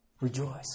rejoice